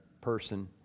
person